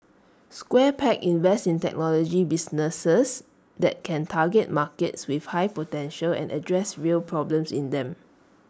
square peg invests in technology businesses that can target markets with high potential and address real problems in them